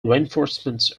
reinforcements